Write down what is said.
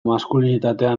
maskulinitatea